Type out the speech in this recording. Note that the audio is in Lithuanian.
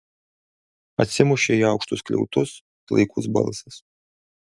atsimušė į aukštus skliautus klaikus balsas